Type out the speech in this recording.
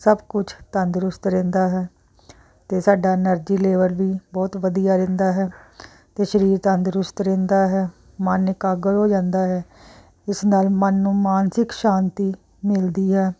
ਸਭ ਕੁਛ ਤੰਦਰੁਸਤ ਰਹਿੰਦਾ ਹੈ ਅਤੇ ਸਾਡਾ ਐਨਰਜੀ ਲੇਵਲ ਵੀ ਬਹੁਤ ਵਧੀਆ ਰਹਿੰਦਾ ਹੈ ਅਤੇ ਸਰੀਰ ਤੰਦਰੁਸਤ ਰਹਿੰਦਾ ਹੈ ਮਨ ਇਕਾਗਰ ਹੋ ਜਾਂਦਾ ਹੈ ਇਸ ਨਾਲ ਮਨ ਨੂੰ ਮਾਨਸਿਕ ਸ਼ਾਂਤੀ ਮਿਲਦੀ ਹੈ